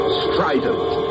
strident